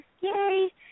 Yay